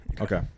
Okay